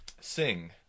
Sing